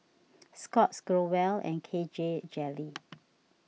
Scott's Growell and K J Jelly